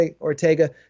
Ortega